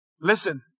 Listen